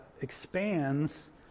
expands